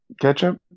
ketchup